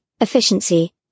efficiency